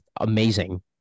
amazing